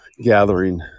gathering